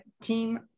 team